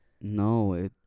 no